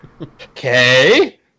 Okay